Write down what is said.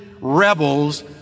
rebels